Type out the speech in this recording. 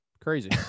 Crazy